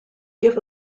give